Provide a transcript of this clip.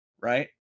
right